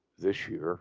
this year